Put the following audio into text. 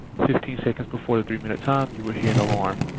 fifteen seconds before the three minute time, you will hear an alarm.